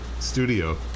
Studio